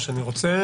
היושב-ראש.